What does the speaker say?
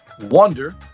Wonder